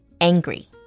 angry